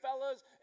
fellas